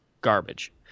Garbage